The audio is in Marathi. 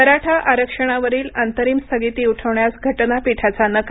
मराठा आरक्षणावरील अंतरिम स्थगिती उठवण्यास घटनापीठाचा नकार